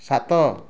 ସାତ